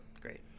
Great